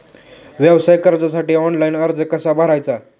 व्यवसाय कर्जासाठी ऑनलाइन अर्ज कसा भरायचा?